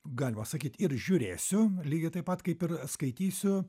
galima sakyt ir žiūrėsiu lygiai taip pat kaip ir skaitysiu